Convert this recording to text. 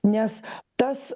nes tas